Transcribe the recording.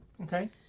Okay